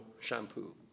shampoo